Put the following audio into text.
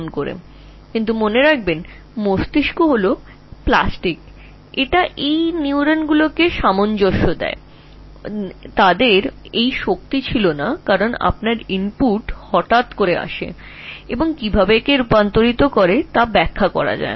তবে এই মস্তিষ্কটি মস্তিষ্ককে প্লাস্টিকেরও মনে করে এই নিউরনগুলিতে এই মডেলটির সামর্থ্যের ব্যাপারটা ছিল না কারণ তুমি যদি হঠাৎ ইনপুটগুলি প্রয়োগ কর এটি কিভাবে পরিবর্তন হবে তা ব্যাখ্যা করে না